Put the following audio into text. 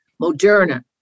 Moderna